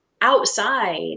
outside